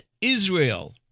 Israel